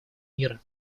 мира